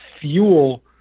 fuel